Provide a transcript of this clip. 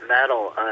metal